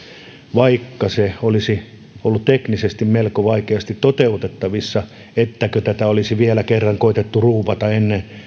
vaikka se olisi ollut teknisesti melko vaikeasti toteutettavissa että tätä olisi vielä kerran koetettu ruuvata ennen